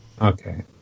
Okay